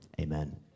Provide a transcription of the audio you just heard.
Amen